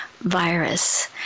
virus